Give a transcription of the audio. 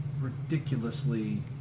ridiculously